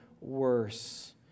worse